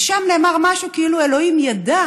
ושם נאמר משהו, כאילו אלוהים ידע